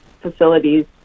facilities